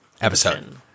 episode